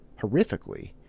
horrifically